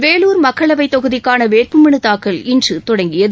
வேலூர் மக்களவைத் தொகுதிக்கான வேட்புமனு தாக்கல் இன்று தொடங்கியது